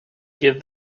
give